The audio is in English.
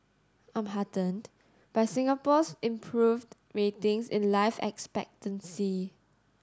I'm heartened by Singapore's improved ratings in life expectancy